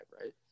right